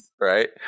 right